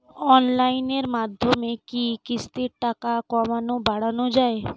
অনলাইনের মাধ্যমে কি কিস্তির টাকা কমানো বাড়ানো যায়?